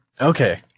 Okay